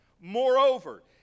Moreover